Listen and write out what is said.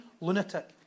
lunatic